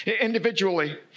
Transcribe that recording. Individually